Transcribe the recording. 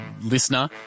listener